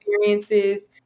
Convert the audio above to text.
experiences